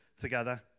together